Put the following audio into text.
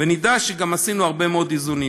ונדע שגם עשינו הרבה מאוד איזונים.